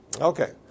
Okay